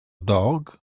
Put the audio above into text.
dog